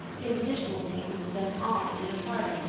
gave additional pain to them all in the parting,